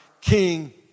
King